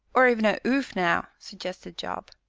or even a oof, now? suggested job.